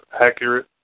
accurate